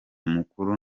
mukuru